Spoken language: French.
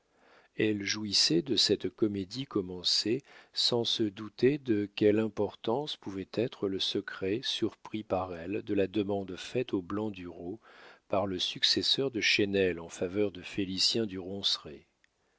elle jouissait de cette comédie commencée sans se douter de quelle importance pouvait être le secret surpris par elle de la demande faite aux blandureau par le successeur de chesnel en faveur de félicien du